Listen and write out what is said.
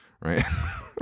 right